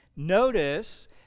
Notice